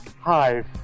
Hi